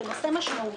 זה נושא משמעותי.